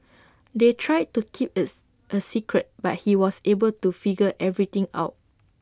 they tried to keep is A secret but he was able to figure everything out